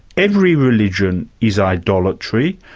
every religion is idolatry,